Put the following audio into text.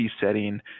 setting